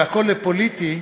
הכול לפוליטי,